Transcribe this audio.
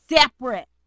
separate